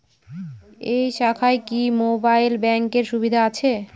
এই শাখায় কি মোবাইল ব্যাঙ্কের সুবিধা আছে?